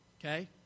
okay